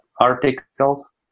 articles